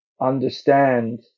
understand